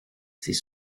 c’est